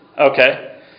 okay